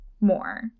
more